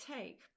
take